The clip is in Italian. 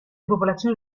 popolazioni